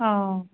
অ